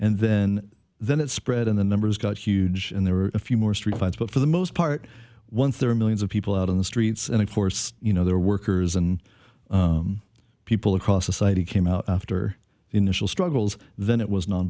and then then it spread in the numbers got huge and there were a few more street fights but for the most part once there are millions of people out in the streets and of course you know there are workers and people across the site it came out after the initial struggles then it was non